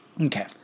Okay